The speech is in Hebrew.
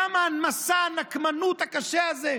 למה מסע הנקמנות הקשה הזה?